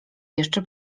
jeszcze